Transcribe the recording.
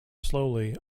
slowly